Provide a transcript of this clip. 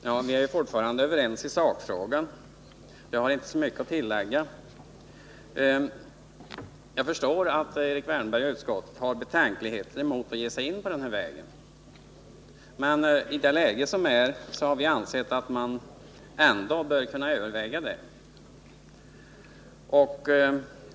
Herr talman! Vi är fortfarande överens i sakfrågan. Jag har inte så mycket att tillägga. Jag förstår att Erik Wärnberg och utskottet i övrigt har betänkligheter mot att ge sig in på den av oss anvisade vägen, men i det här läget har vi ändå ansett att man bör kunna överväga den här specialdestinationen.